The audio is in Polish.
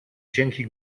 cienki